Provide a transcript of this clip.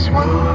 one